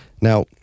Now